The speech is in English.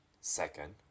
Second